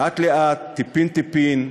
לאט-לאט, טיפין-טיפין,